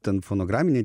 ten fonograminiai